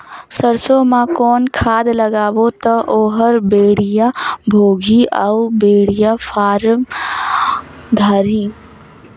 सरसो मा कौन खाद लगाबो ता ओहार बेडिया भोगही अउ बेडिया फारम धारही?